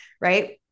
Right